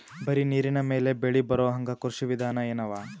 ಬರೀ ನೀರಿನ ಮೇಲೆ ಬೆಳಿ ಬರೊಹಂಗ ಕೃಷಿ ವಿಧಾನ ಎನವ?